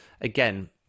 again